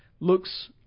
looks